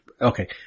Okay